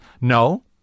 no